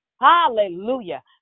hallelujah